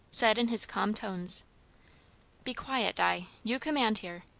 said in his calm tones be quiet, di you command here.